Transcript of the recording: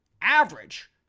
average